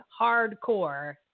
hardcore